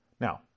now